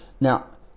Now